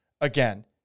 again